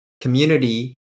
community